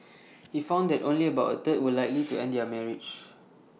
he found that only about A third were likely to end their marriage